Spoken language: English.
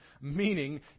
meaning